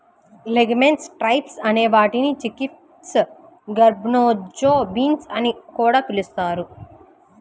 legumes types అనే వాటిని chickpeas, garbanzo beans అని కూడా పిలుస్తారు